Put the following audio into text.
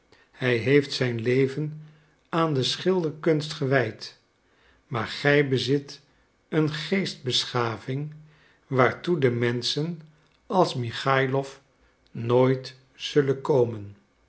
hij heeft zijn leven aan de schilderkunst gewijd maar gij bezit een geestbeschaving waartoe de menschen als michaïlof nooit zullen komen